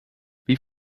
wie